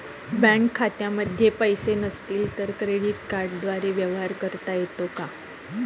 Bank खात्यामध्ये पैसे नसले तरी क्रेडिट कार्डद्वारे व्यवहार करता येतो का?